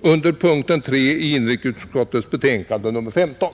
under punkten 3 i inrikesutskottets betänkande nr 15.